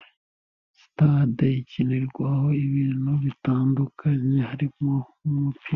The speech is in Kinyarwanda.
Sitade ikinirwaho ibintu bitandukanye harimo n'umupira.